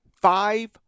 Five